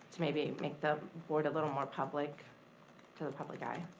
to maybe make the board a little more public to the public eye.